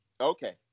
Okay